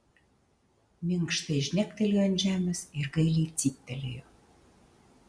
minkštai žnektelėjo ant žemės ir gailiai cyptelėjo